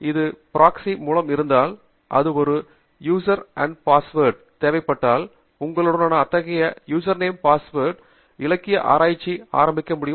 இது ப்ராக்ஸி மூலம் இருந்தால் அது ஒரு யூசர் நேம் அண்ட் பாஸ்வேர்டு தேவைப்பட்டால் உங்களுடனான அத்தகைய யூசர் நேம் அண்ட் பாஸ்வேர்டு உங்களுடனான இலக்கிய ஆராய்ச்சியை ஆரம்பிக்க முடியும்